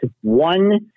one